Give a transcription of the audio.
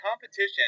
competition